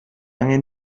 angen